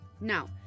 Now